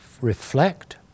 reflect